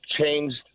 changed